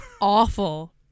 awful